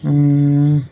অঁ